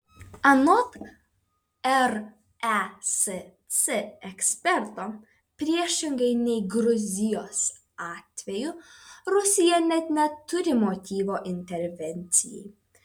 anot resc eksperto priešingai nei gruzijos atveju rusija net neturi motyvo intervencijai